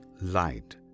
light